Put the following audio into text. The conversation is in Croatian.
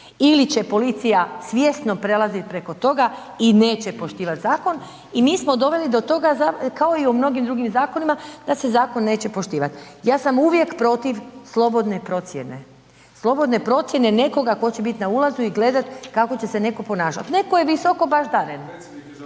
ili će policija svjesno prelazit preko toga i neće poštivat zakon i mi smo doveli do toga kao i u mnogim drugim zakonima, da se zakon neće poštivati. Ja sam uvijek protiv slobodne procjene, slobodne procjene nekoga tko će biti na ulazu i gledat kako će se netko ponašat. Netko je visoko baždaren